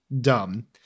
dumb